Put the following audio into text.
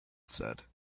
said